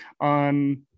on